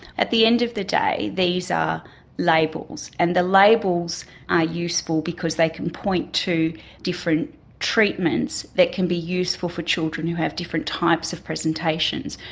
at the end of the day these are labels, and the labels are useful because they can point to different treatments that can be useful for children who have different types of presentations.